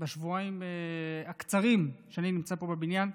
בשבועיים הקצרים שאני נמצא פה בבניין,